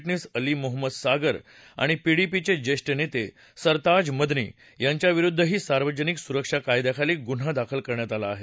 जीस अली मोहमद सागर आणि पीडीपीचे ज्येष्ठ नेते सरताज मदनी यांच्याविरुद्वही सार्वजनिक सुरक्षा कायद्याखाली गुन्हा दाखल केला आहे